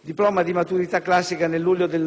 Diploma di maturità classica nel luglio del